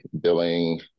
billing